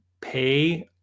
pay